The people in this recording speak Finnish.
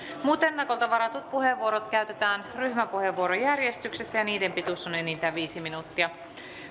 muut ennakolta varatut puheenvuorot käytetään ryhmäpuheenvuorojärjestyksessä ja niiden pituus on enintään viisi minuuttia